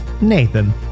Nathan